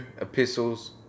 Epistles